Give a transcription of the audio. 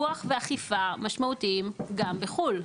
פיקוח ואכיפה משמעותיים גם בחו"ל.